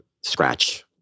scratch